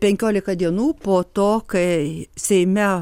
penkiolika dienų po to kai seime